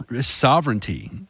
sovereignty